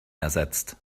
ersetzt